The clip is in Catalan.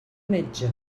metge